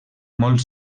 molt